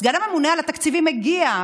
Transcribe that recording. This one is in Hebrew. אז סגן הממונה על התקציבים הגיע.